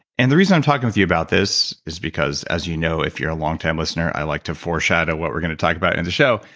and the reason i'm talking with you about this is because, as you know, if you're a long time listener, i like to foreshadow what we're going to talk about in the show.